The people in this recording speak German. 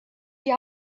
die